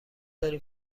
داریم